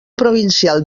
provincial